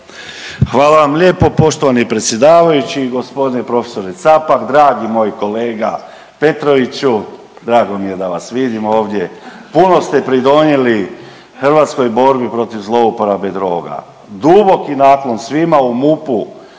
Hvala vam lijepo poštovani predsjedavajući, g. profesore Capak, dragi moj kolega Petroviću, drago mi je da vas vidim ovdje, puno ste pridonijeli hrvatskoj borbi protiv zlouporabe droga. Duboki naklon svima u MUP-u